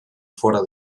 fóra